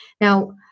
Now